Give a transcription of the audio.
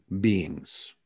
beings